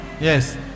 Yes